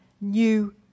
New